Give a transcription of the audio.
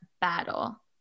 battle